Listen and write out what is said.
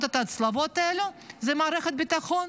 את ההצלבות האלו זו מערכת הביטחון,